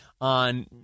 on